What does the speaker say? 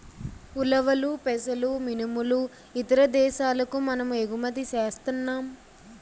ఉలవలు పెసలు మినుములు ఇతర దేశాలకు మనము ఎగుమతి సేస్తన్నాం